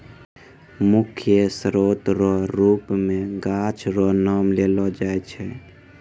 मुख्य स्रोत रो रुप मे गाछ रो नाम लेलो जाय छै